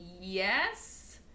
yes